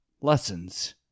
lessons